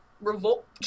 revolt